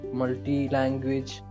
multi-language